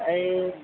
ए